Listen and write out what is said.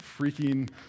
freaking